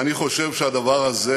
אני חושב שהדבר הזה